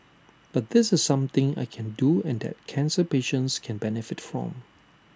but this is something I can do and that cancer patients can benefit from